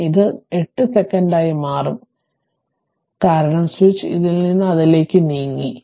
അതിനാൽ ഇത് 8 സെക്കൻഡായി മാറും ഇത് be ആയിരിക്കും കാരണം സ്വിച്ച് ഇതിൽ നിന്ന് അതിലേക്ക് നീങ്ങി